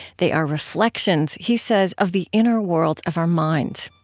they are reflections, he says, of the inner worlds of our minds.